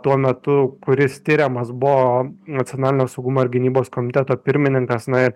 tuo metu kuris tiriamas buvo nacionalinio saugumo ir gynybos komiteto pirmininkas na ir